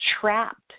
trapped